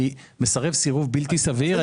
אני מסרב סירוב בלתי סביר,